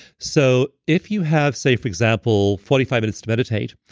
so if you have say, for example, forty five minutes to meditate,